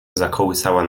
zakołysała